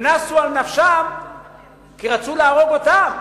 הם נסו על נפשם כי רצו להרוג אותם,